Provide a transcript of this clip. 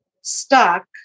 stuck